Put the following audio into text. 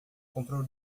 comprou